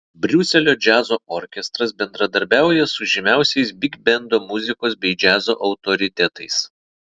briuselio džiazo orkestras bendradarbiauja su žymiausiais bigbendo muzikos bei džiazo autoritetais